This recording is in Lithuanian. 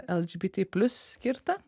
lgbt plius skirtą